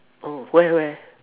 oh where where